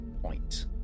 point